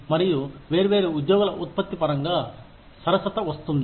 మరియు వేర్వేరు ఉద్యోగుల ఉత్పత్తి పరంగా సరసత వస్తుంది